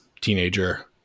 teenager